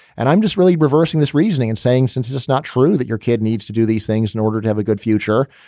and i'm just really reversing this reasoning and saying, since it's not true that your kid needs to do these things in order to have a good future,